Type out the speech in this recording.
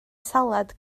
salad